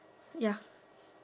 ya